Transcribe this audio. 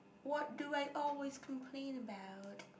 what do I always complain about